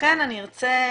לכן אנחנו נרצה